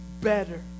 better